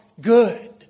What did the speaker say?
good